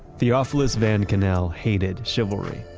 theophilus van kannel hated chivalry.